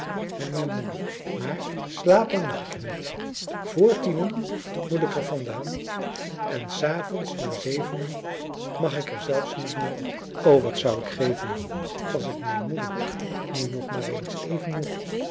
bij mijn moeder maar slapen mag ik er niet vr tienen moet ik er vandaan en's avonds na zevenen mag ik er zelfs niet meer op o wat zou ik geven als ik mijn moeder nu nog maar eens even